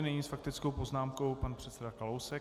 Nyní s faktickou poznámkou pan předseda Kalousek.